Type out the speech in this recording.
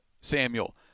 Samuel